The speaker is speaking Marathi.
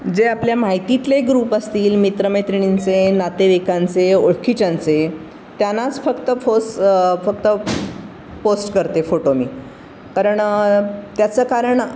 जे आपल्या माहितीतले ग्रुप असतील मित्रमैत्रिणींचे नातेवाईकांचे ओळखीच्यांचे त्यांनाच फक्त फोस फक्त पोस्ट करते फोटो मी कारण त्याचं कारण